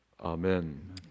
Amen